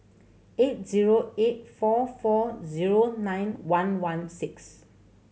eight zero eight four four zero nine one one six